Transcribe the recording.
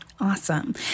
Awesome